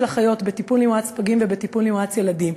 אחיות בטיפול נמרץ פגים ובטיפול נמרץ ילדים.